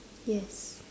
yes